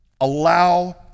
allow